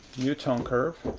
new tone curve.